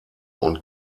und